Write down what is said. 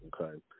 Okay